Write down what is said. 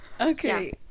Okay